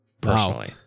personally